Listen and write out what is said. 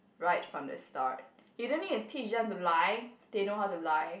right from the start you don't need to teach them to lie they know how to lie